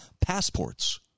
Passports